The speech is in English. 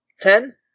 Ten